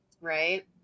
Right